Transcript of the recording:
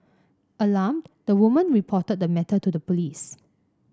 alarmed the woman reported the matter to the police